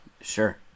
Sure